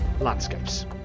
landscapes